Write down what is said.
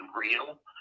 real